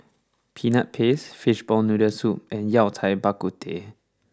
Peanut Paste Fishball Noodle Soup and Yao Cai Bak Kut Teh